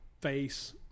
face